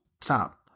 stop